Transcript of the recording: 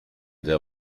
der